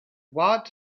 what